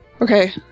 Okay